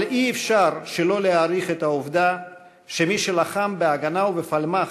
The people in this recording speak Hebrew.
אבל אי-אפשר שלא להעריך את העובדה שמי שלחם ב"הגנה" ובפלמ"ח,